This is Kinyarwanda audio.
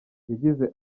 yagize